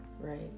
Right